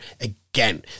again